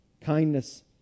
kindness